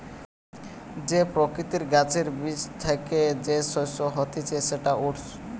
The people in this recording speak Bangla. যে প্রকৃতির গাছের বীজ থ্যাকে যে শস্য হতিছে সেটা ওটস